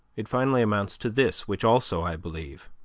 it finally amounts to this, which also i believe